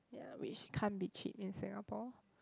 ya which can't be cheap in Singapore